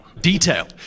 Detail